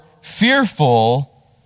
fearful